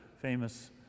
famous